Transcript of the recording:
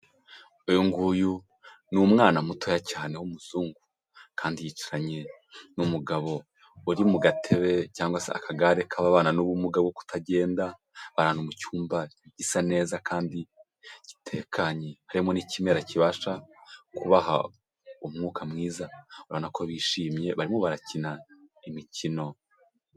Uyu nguyu ni umwana mutoya cyane w'umuzungu, kandi yicaranye n'umugabo uri mu gatebe cyangwa se akagare k'ababana n'ubumuga bwo kutagenda, bari ahantu mu cyumba gisa neza kandi gitekanye, harimo n'ikimera kibasha kubaha umwuka mwiza urabona ko bishimye, barimo barakina imikino.